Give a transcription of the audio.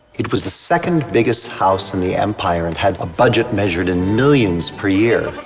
it was the second biggest house in the empire and had a budget measured in millions per year.